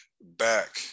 back